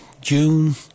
june